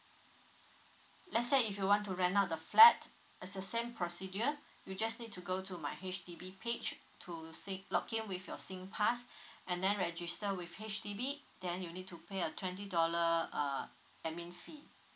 let's say if you want to rent out the flat it's the same procedure you just need to go to my H_D_B page to same log in with your singpass and then register with H_D_B then you need to pay a twenty dollar uh admin fee